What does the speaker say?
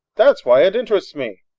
that is why it interests me.